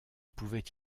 pouvait